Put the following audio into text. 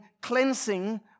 cleansing